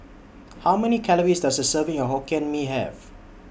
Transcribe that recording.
How Many Calories Does A Serving of Hokkien Mee Have